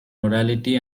morality